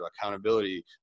accountability